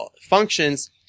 functions